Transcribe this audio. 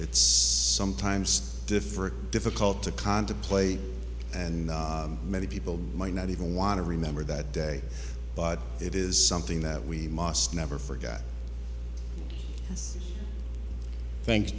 it's sometimes different difficult to contemplate and many people might not even want to remember that day but it is something that we must never forget thank